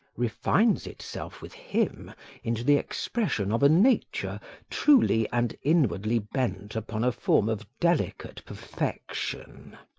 refines itself with him into the expression of a nature truly and inwardly bent upon a form of delicate perfection,